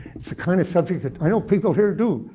it's the kind of subject that i know people here do,